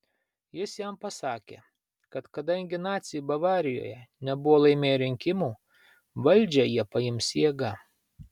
jis jam pasakė kad kadangi naciai bavarijoje nebuvo laimėję rinkimų valdžią jie paims jėga